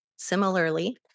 Similarly